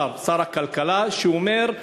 שר הכלכלה, שאומר: